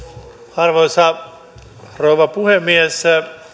arvoisa rouva puhemies